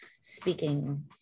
speaking